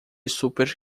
super